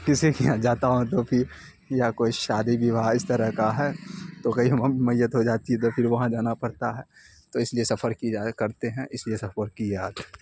کسی کے یہاں جاتا ہوں تو پھر یا کوئی شادی وواہ اس طرح کا ہے تو کہیں میت ہو جاتی ہے تو پھر وہاں جانا پرتا ہے تو اس لیے سفر کی کرتے ہیں اس لیے سفر کی جاتی